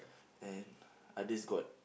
and others got